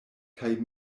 kaj